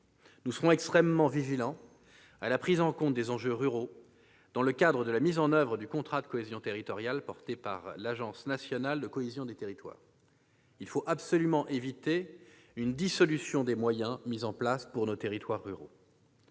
Nous serons extrêmement vigilants à la prise en compte des enjeux ruraux dans le cadre de la mise en oeuvre du contrat de cohésion territoriale porté par la future agence nationale de la cohésion des territoires. Il faut absolument éviter une dissolution des moyens mis en place pour nos territoires ruraux.